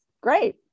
great